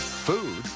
Food